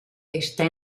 está